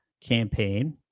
campaign